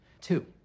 Two